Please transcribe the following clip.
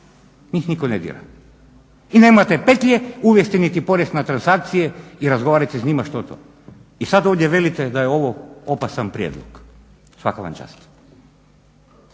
Njih nitko ne dira i nemate petlje uvesti niti porez na transakcije i razgovarat se s njima što to. I sad ovdje velite da je ovo opasan prijedlog. Svaka vam čast.